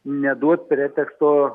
neduot preteksto